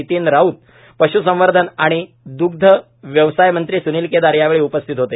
नितीन राऊत पश्संवर्धन आणि दुग्धव्यवसाय मंत्री सूनील केदार यावेळी उपस्थित होते